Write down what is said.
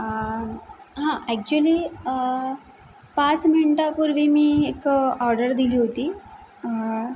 आं हां ॲक्च्युली पाच मिनटापूर्वी मी एक ऑर्डर दिली होती